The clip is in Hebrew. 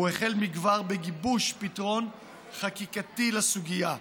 והוא החל זה מכבר בגיבוש פתרון חקיקתי לסוגיה,